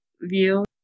view